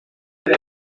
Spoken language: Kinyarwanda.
kuri